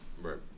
right